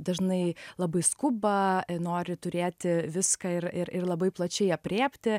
dažnai labai skuba nori turėti viską ir ir ir labai plačiai aprėpti